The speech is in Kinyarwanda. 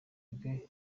rwe